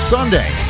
Sunday